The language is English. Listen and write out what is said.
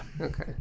Okay